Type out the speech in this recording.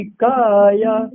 kaya